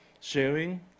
Sharing